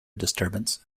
disturbance